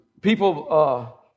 people